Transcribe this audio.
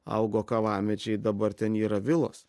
augo kavamedžiai dabar ten yra vilos